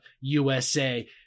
USA